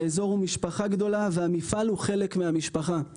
והאזור הוא משפחה גדולה והמפעל הוא חלק מהמשפחה.